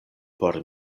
por